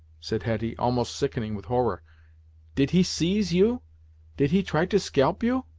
said hetty, almost sickening with horror did he seize you did he try to scalp you?